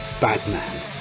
Batman